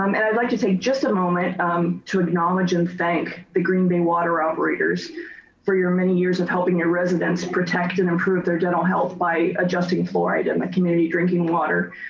um and i'd like to take, just a moment to acknowledge and thank the green bay water outriders for your many years of helping your residents protect and improve their dental health by adjusting fluoride in and my community drinking water.